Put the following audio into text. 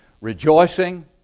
rejoicing